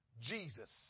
Jesus